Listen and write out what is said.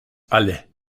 alle